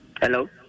Hello